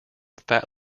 fat